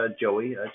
Joey